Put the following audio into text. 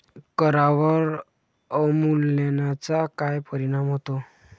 करांवर अवमूल्यनाचा काय परिणाम होतो?